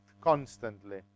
constantly